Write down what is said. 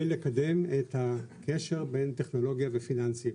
לקדם את הקשר בין טכנולוגיה ופיננסיים,